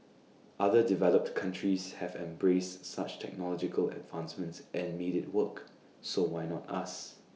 other developed countries have embraced such technological advancements and made IT work so why not us